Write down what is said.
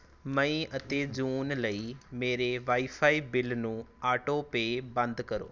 ਮਈ ਅਤੇ ਜੂਨ ਲਈ ਮੇਰੇ ਵਾਈਫ਼ਾਈ ਬਿੱਲ ਨੂੰ ਆਟੋਪੇਅ ਬੰਦ ਕਰੋ